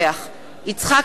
יצחק אהרונוביץ,